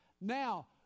Now